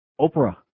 Oprah